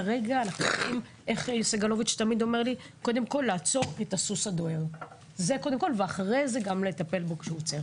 כרגע צריך קודם כל לעצור את הסוס הדוהר ואחרי זה גם לטפל בו כשהוא עוצר.